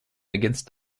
against